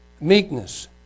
meekness